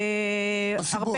מה סיבות?